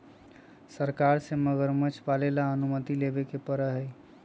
सरकार से मगरमच्छ पालन ला अनुमति लेवे पडड़ा हई